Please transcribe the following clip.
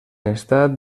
estat